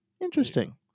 Interesting